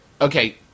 okay